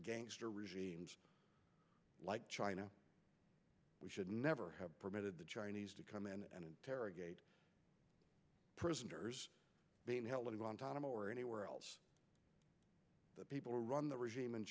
gangster regimes like china we should never permitted the chinese to come and interrogate prisoners being held in guantanamo or anywhere else the people run the regime